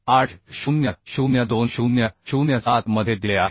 800 2007 मध्ये दिले आहेत